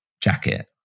jacket